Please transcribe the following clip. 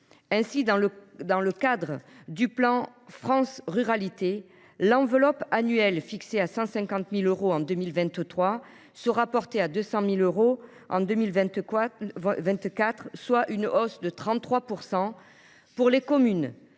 Ainsi, dans le cadre du plan France Ruralités, l’enveloppe annuelle, fixée à 150 000 euros en 2023, sera portée à 200 000 euros en 2024, soit une hausse de 33 %, pour les communes